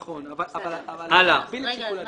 נכון אבל אני מגביל את שיקול הדעת.